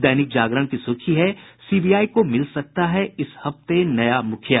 दैनिक जागरण की सुर्खी है सीबीआई को मिल सकता है इस हफ्ते नया मुखिया